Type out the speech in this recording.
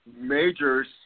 majors